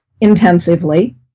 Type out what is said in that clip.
intensively